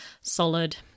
solid